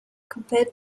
compared